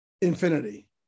infinity